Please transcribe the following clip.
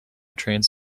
trains